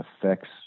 affects